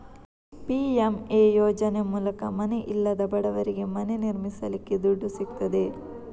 PMA ಯೋಜನೆ ಮೂಲಕ ಮನೆ ಇಲ್ಲದ ಬಡವರಿಗೆ ಮನೆ ನಿರ್ಮಿಸಲಿಕ್ಕೆ ದುಡ್ಡು ಸಿಗ್ತದೆ